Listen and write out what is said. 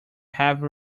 have